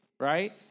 right